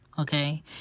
Okay